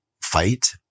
fight